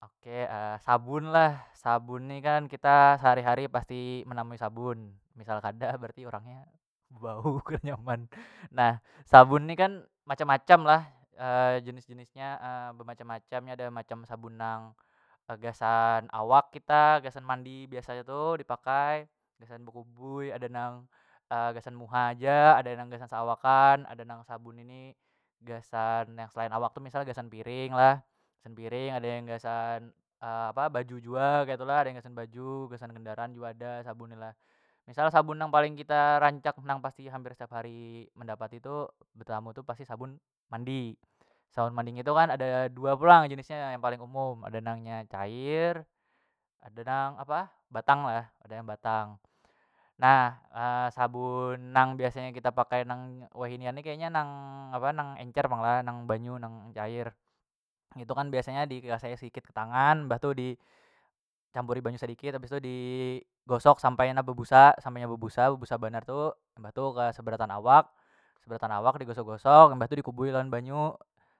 Oke sabun lah sabun ni kan kita sehari- hari pasti menamui sabun misal kada berarti orang nya bebau kada nyaman. Nah sabun ni kan macam- macam lah jenis- jenis nya bemacam- macam nya ada macam sabun nang gasan awak kita gasan mandi biasa nya tu biasa dipakai gasan bekubui ada nang gasan muha haja ada gasan seawakan ada nang sabun ini gasan yang selain awak tu misal gasan piring lah gasan piring ada yang gasan baju jua ketu lah ada yang gasan baju gasan kendaraan jua ada sabun ni lah misal sabun nang paling kita rancak nang pasti hampir setiap hari mendapati tu betetamu tu pasti sabun mandi, sabun mandi ngitu kan ada dua pulang jenis nya yang paling umum ada nang nya cair ada nang apah batang lah ada yang batang, nah sabun nang biasa nang biasanya kita pake nang wahinian ni nang apa nang encer lah nang banyu nang cair ngitu kan biasanya dikasai sedikit ke tangan mbah tu di campuri banyu sedikit habis tu di gosok sampai na bebusa sampai nya bebusa bebusa banar tu mbah tu ka sabarataan awak sabarataan awak di gosok- gosok mbah tu dikubui lawan banyu